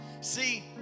see